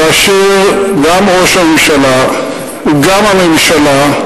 כאשר גם ראש הממשלה, גם הממשלה,